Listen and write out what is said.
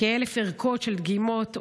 כ-1,000 ערכות של דגימות אונס,